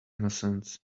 innocence